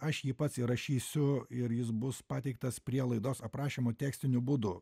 aš jį pats įrašysiu ir jis bus pateiktas prie laidos aprašymo tekstiniu būdu